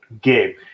game